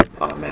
Amen